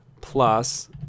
plus